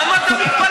למה אתה מתפלא?